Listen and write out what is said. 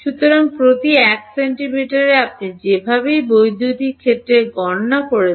সুতরাং প্রতি 1 সেন্টিমিটার আপনি যেভাবেই বৈদ্যুতিক ক্ষেত্র গণনা করছেন